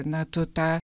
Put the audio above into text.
na tu tą